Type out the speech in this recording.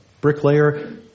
bricklayer